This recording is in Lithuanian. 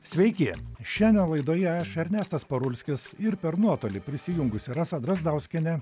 sveiki šiandien laidoje aš ernestas parulskis ir per nuotolį prisijungusi rasa drazdauskienė